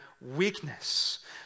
weakness